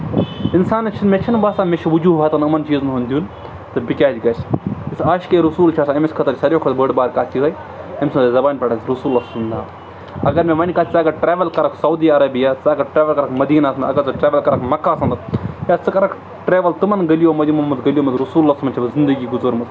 اِنسانَس چھُنہٕ مےٚ چھُنہٕ باسان مےٚ چھُ وُجوٗہاتَن یِمَن چیٖزَن ہُنٛد دیُن تہٕ بہٕ کیٛازِ گژھٕ یُس عاشقے رسوٗل چھُ آسان أمِس خٲطرٕ چھِ ساروی کھۄتہٕ بٔڑ بارٕ کَتھ یِہوٚے أمۍ سٕنٛز زَبانہِ پٮ۪ٹھ آسہِ رسولَس سُنٛد اگر مےٚ وَنہِ کَتھ ژٕ اگر ٹرٛیوٕل کَرَکھ سعودی عربیا ژٕ اگر ٹرٛیوٕل کَرَکھ مدیٖنَس منٛز اگر ژٕ ٹرٛیوٕل کَرَکھ مکعہ یا ژٕ کَرکھ ٹرٛیوٕل تِمَن گٔلیو منٛز یَِمن منٛز گٔلیو منٛز رَسوٗلؐ چھےٚ زِندگی گُزٲرمٕژ